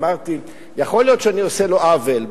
אמרתי שיכול להיות שאני עושה לו עוול,